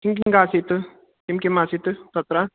किं किम् आसीत् किं किम् आसीत् तत्र